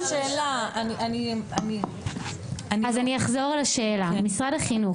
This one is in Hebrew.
אני אחזור על השאלה: משרד החינוך,